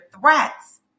threats